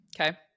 Okay